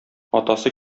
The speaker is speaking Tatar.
атасы